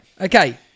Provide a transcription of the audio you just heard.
Okay